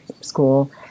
school